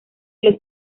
los